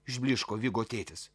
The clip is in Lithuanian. išblyško vigo tėtis